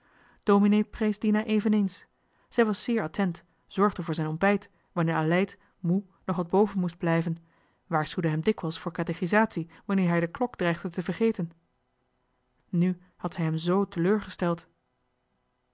prees dina eveneens zij was zeer attent zorgde voor zijn ontbijt wanneer aleid moe nog wat boven moest blijven waarschuwde hem dikwijls voor katechisatie wanneer hij de klok dreigde te vergeten nu had zij hem z teleurgesteld